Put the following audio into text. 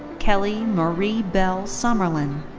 kelle yeah marie-bell summerlin.